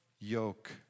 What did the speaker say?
yoke